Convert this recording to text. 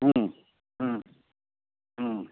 ம் ம் ம்